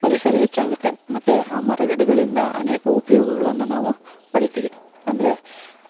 ಪರಿಸರ ಹೆಚ್ಚಾಗುತ್ತೆ ಮತ್ತು ಆ ಮರಗಿಡಗಳಿಂದ ಅನೇಕ ಉಪಯೋಗಳನ್ನ ನಾವು ಪಡೀತೀವಿ ಅಂದರೆ